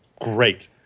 great